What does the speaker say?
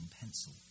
pencil